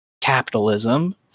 capitalism